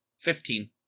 Fifteen